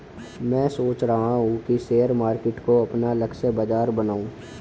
मैं सोच रहा हूँ कि शेयर मार्केट को अपना लक्ष्य बाजार बनाऊँ